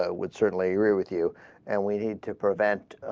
ah would certainly agree with you and we need to prevent